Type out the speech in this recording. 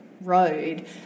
road